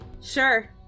Sure